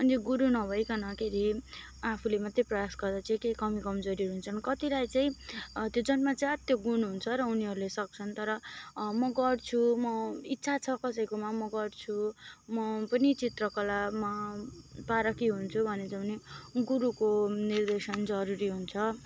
अनि त्यो गुरु नभइकन के रे आफूले मात्रै प्रयास गर्दा चाहिँ के कमी कमजोरी हुन्छन् कतिलाई चाहिँ त्यो जन्मजात त्यो गुण हुन्छ र उनीहरूले सक्छन् तर म गर्छु म इच्छा छ कसैकोमा म गर्छु म पनि चित्रकलामा पारखी हुन्छु भन्नुहुन्छ भने गुरुको निर्देशन जरुरी हुन्छ